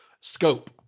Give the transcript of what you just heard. scope